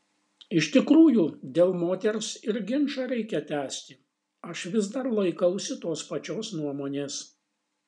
iš tikrųjų dėl moters ir ginčą reikia tęsti aš vis dar laikausi tos pačios nuomonės